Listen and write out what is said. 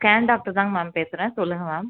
scan doctor தாங்க ma'am பேசுகிறேன் சொல்லுங்கள் மேம்